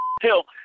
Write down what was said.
Hill